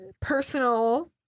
personal